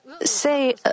say